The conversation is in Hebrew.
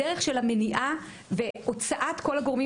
הדרך של המניעה והוצאת כל הגורמים